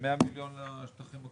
שזה בעצם השלמה של כל התקציבים שאמורים